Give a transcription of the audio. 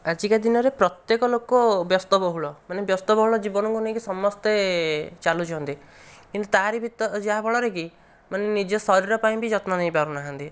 ଆଜିକା ଦିନରେ ପ୍ରତ୍ୟେକ ଲୋକ ବ୍ୟସ୍ତବହୁଳ ମାନେ ବ୍ୟସ୍ତବହୁଳ ଜୀବନକୁ ନେଇକି ସମସ୍ତେ ଚାଲୁଛନ୍ତି କିନ୍ତୁ ତାରି ଭିତ ଯାହାଫଳରେ କି ମାନେ ନିଜ ଶରୀର ପାଇଁ ବି ଯତ୍ନ ନେଇପାରୁ ନାହାଁନ୍ତି